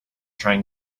trying